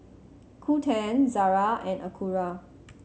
Qoo ten Zara and Acura